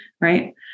Right